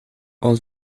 all